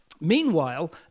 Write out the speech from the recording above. Meanwhile